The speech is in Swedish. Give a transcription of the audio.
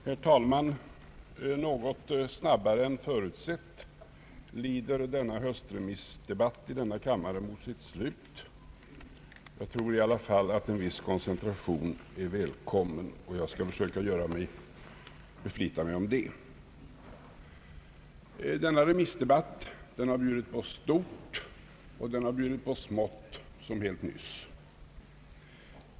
Herr talman! Något snabbare än förutsett lider denna höstremissdebatt i denna kammare mot sitt slut. Jag tror i alla fall att en viss koncentration är välkommen, och jag skall försöka beflita mig om det. Denna remissdebatt har bjudit på stort, och den har bjudit på smått, såsom helt nyss.